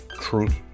truth